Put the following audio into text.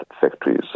factories